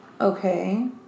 Okay